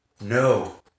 No